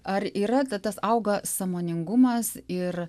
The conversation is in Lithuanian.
ar yra ta tas auga sąmoningumas ir